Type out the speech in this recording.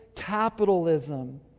capitalism